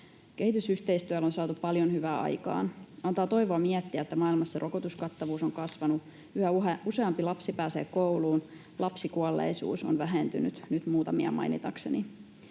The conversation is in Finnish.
Kehitysyhteistyöllä on saatu paljon hyvää aikaan. Antaa toivoa miettiä, että maailmassa rokotuskattavuus on kasvanut, yhä useampi lapsi pääsee kouluun, lapsikuolleisuus on vähentynyt — nyt muutamia mainitakseni.